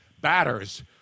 batters